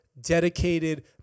dedicated